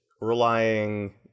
relying